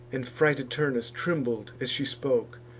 and frighted turnus trembled as she spoke.